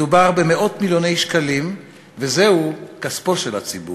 מדובר במאות-מיליוני שקלים, וזהו כספו של הציבור.